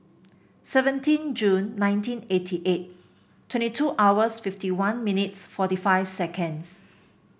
seventeen June nineteen eighty eight twenty two hours fifty one minutes forty five seconds